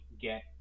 get